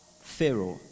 pharaoh